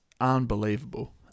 unbelievable